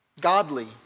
godly